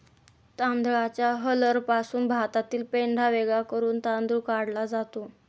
तांदळाच्या हलरपासून भातातील पेंढा वेगळा करून तांदूळ काढला जातो